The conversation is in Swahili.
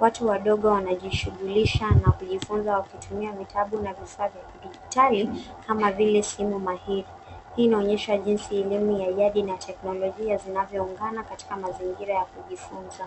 Watu wadogo wanaji shughulisha na kujifunza wakitumia vitabu na vifaa vya kidijitali kama vile simu mahiri, hii inaonyesha jinsi elimu ya yadi na teknolojia zinavyo onekana katika mazingira yakujifunza.